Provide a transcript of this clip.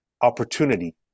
opportunity